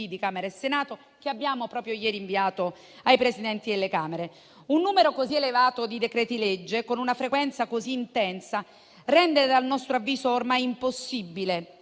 di Camera e Senato che abbiamo inviato proprio l'altro ieri ai Presidenti delle Camere. Un numero così elevato di decreti-legge, con una frequenza tanto intensa, rende a nostro avviso ormai impossibile